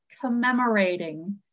commemorating